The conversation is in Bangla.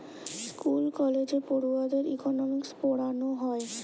স্কুল কলেজে পড়ুয়াদের ইকোনোমিক্স পোড়ানা হয়